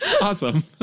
Awesome